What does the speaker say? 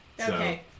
Okay